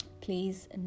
Please